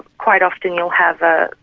quite often you'll have a,